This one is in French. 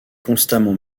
constamment